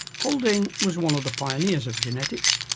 haldane was one of the pioneers of genetics.